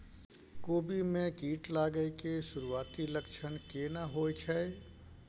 कोबी में कीट लागय के सुरूआती लक्षण केना होय छै